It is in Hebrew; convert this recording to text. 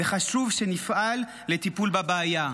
וחשוב שנפעל לטיפול בבעיה.